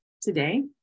today